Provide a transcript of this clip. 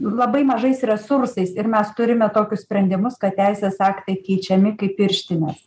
labai mažais resursais ir mes turime tokius sprendimus kad teisės aktai keičiami kaip pirštinės